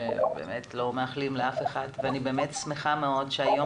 שאנחנו לא מאחלים לאף אחד ואני באמת שמחה מאוד שהיום